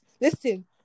Listen